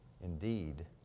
indeed